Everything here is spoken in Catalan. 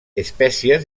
espècies